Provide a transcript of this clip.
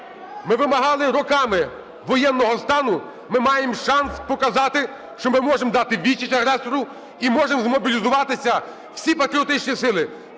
Ми вимагали роками воєнного стану, ми маємо шанс показати, що ми можемо дати відсіч агресору і можемо змобілізуватися, всі патріотичні сили,